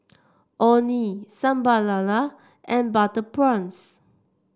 Orh Nee Sambal Lala and Butter Prawns